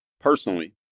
Personally